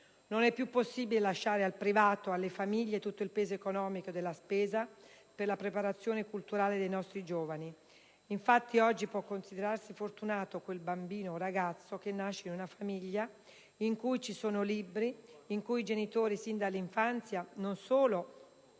Non è più possibile lasciare al privato, alle famiglie, tutto il peso economico della spesa per la preparazione culturale dei nostri ragazzi. Infatti oggi può considerarsi fortunato quel bambino o ragazzo che nasce in una famiglia in cui ci sono libri, in cui i genitori sin dall'infanzia non solo